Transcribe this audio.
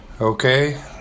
Okay